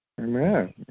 Amen